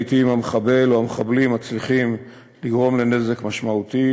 לעתים המחבל או המחבלים מצליחים לגרום לנזק משמעותי,